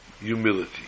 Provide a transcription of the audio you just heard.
Humility